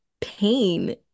pain